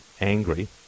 angry